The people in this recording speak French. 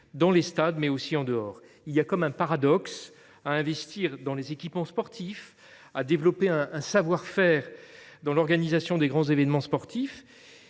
dans les stades, mais aussi en dehors. Il y a comme un paradoxe à investir dans les équipements sportifs, à développer un savoir faire dans l’organisation des grands événements sportifs